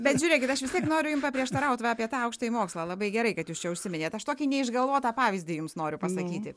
bet žiūrėkit aš vis tiek noriu jum paprieštaraut va apie tą aukštąjį mokslą labai gerai kad jūs čia užsiiminėt aš tokį neišgalvotą pavyzdį jums noriu pasakyti